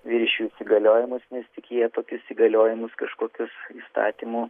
viršijus įgaliojimus nes tik jie tokius įgaliojimus kažkokius įstatymų